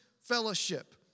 fellowship